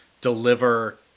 deliver